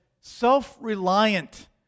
self-reliant